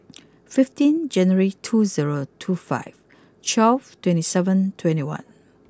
fifteen January two zero two five twelve twenty seven twenty one